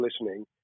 listening